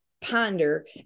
ponder